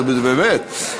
באמת.